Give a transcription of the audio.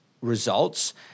results